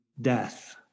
death